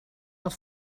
els